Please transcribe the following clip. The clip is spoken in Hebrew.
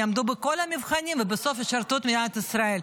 יעמדו בכל המבחנים ובסוף ישרתו את מדינת ישראל.